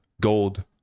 gold